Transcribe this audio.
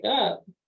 up